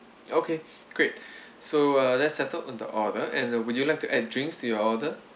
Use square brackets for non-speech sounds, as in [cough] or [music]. okay great [breath] so uh let's settle on the order and uh would you like to add drinks to your order